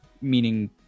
meaning